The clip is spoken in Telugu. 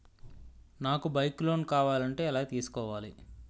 నాకు బైక్ లోన్ కావాలంటే ఎలా తీసుకోవాలి?